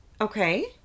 Okay